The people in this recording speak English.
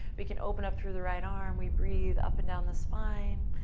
we can open up through the right arm. we breathe up and down the spine.